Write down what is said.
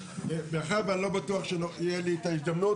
מאחר ואני לא בטוח שתהיה לי את ההזדמנות,